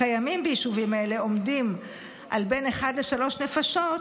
הקיימים ביישובים אלה עומדים על בין נפש אחת לשלוש נפשות,